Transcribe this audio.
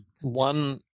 One